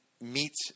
meets